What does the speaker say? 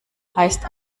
heißt